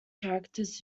characters